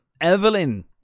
Evelyn